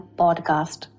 podcast